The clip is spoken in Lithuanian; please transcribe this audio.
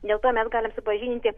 dėl to mes galim susipažinti